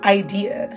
idea